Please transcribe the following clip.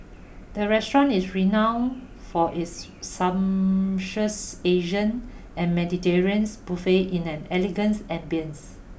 the restaurant is renowned for its sumptuous Asian and Mediterranean buffets in an elegance ambience